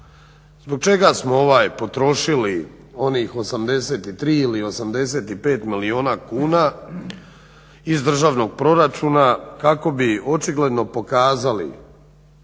zbog čega smo potrošili onih 83 ili 85 milijuna kuna iz državnog proračuna kako bi očigledno pokazali